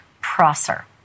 Prosser